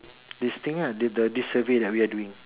this thing lah this survey that we are doing